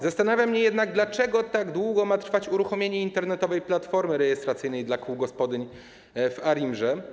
Zastanawia mnie jednak, dlaczego tak długo trzeba czekać na uruchomienie internetowej platformy rejestracyjnej dla kół gospodyń w ARiMR.